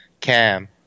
Cam